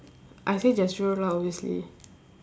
I say Jazrael lah obviously